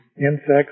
Insects